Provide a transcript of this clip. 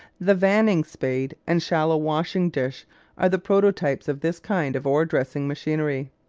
the vanning spade and shallow washing dish are the prototypes of this kind of ore-dressing machinery.